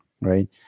right